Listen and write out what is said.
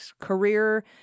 career